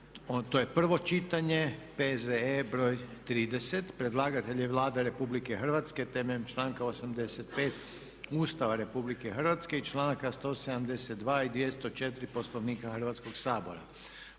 prvo čitanje, P.Z.E. br. 30. Predlagatelj je Vlada Republike Hrvatske temeljem članka 85. Ustava Republike Hrvatske i članaka 172. i 204. Poslovnika Hrvatskog sabora.